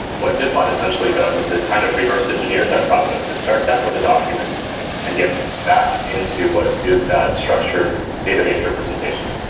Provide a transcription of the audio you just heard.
what diffbot essentially does is it kind of reverse engineers that process. it starts out with a document and gets back into what is that structured database representation,